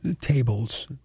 tables